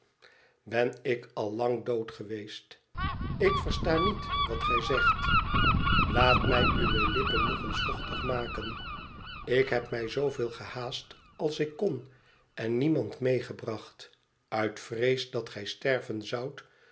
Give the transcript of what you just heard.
tben ik al lang dood weest tik versta niet wat gij zegt laat mij uwe lippen nog eens vochtig maken ik heb mij zooveel gehaast als ik kon en niemand meegebracht uit vrees dat gij sterven zoudt